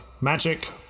Magic